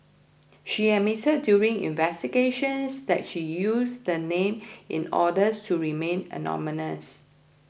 she admitted during investigations that she used the name in order to remain anonymous